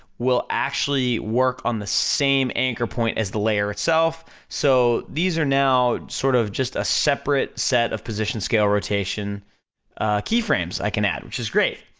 will actually work on the same anchor point as the layer itself, so these are now sort of just a separate set of position scale rotation keyframes i can add, which is great.